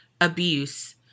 abuse